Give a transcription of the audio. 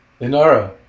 Inara